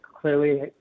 clearly